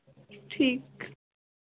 ठीक